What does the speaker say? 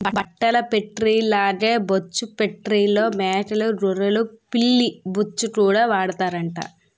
బట్టల ఫేట్రీల్లాగే బొచ్చు ఫేట్రీల్లో మేకలూ గొర్రెలు పిల్లి బొచ్చుకూడా వాడతారట